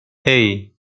hey